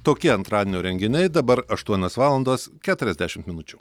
tokie antradienio renginiai dabar aštuonios valandos keturiasdešimt minučių